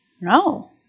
no